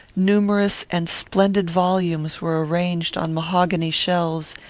numerous and splendid volumes were arranged on mahogany shelves,